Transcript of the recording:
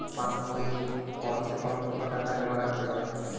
পাশ বইয়ে কমসেকম কত টাকা জমা রাখতে হবে?